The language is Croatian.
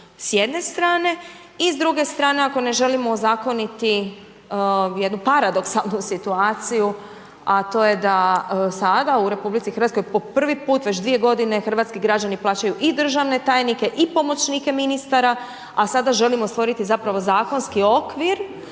s jedne strane i s druge strane ako ne želimo ozakoniti jednu paradoksalnu situaciju a to je da sada u RH po prvi put već 2 g. hrvatski građani plaćaju i državne tajnike i pomoćnike ministara a sada želimo stvoriti zapravo zakonski okvir